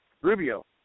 Rubio